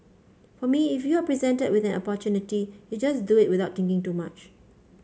for me if you are presented with an opportunity you just do it without thinking too much